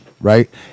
right